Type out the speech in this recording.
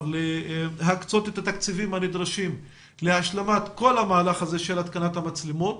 להקצות את התקציבים הנדרשים להשלמת כל המהלך הזה של התקנת המצלמות